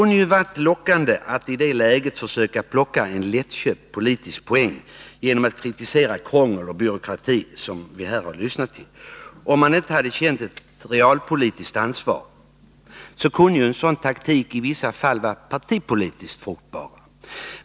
Det vore lockande att i detta läge ta en lättköpt politisk poäng genom att kritisera det krångel och den byråkrati som här har beskrivits. Om man inte hade känt ett realpolitiskt ansvar kunde en sådan taktik i vissa fall ha varit partipolitiskt gångbar.